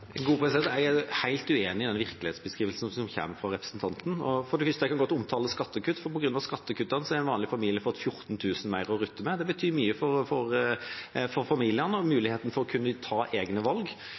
Jeg er helt uenig i den virkelighetsbeskrivelsen som kommer fra representanten. For det første: Jeg kan godt omtale skattekutt, for på grunn av skattekuttene har en vanlig familie fått 14 000 kr mer å rutte med. Det betyr mye for familiene og for